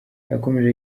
yakomeje